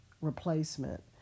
replacement